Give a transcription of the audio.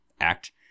act